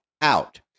out